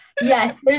yes